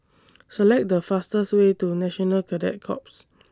Select The fastest Way to National Cadet Corps